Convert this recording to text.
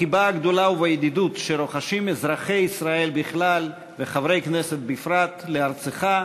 בחיבה הגדולה ובידידות שרוחשים אזרחי ישראל בכלל וחברי כנסת בפרט לארצך,